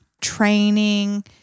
training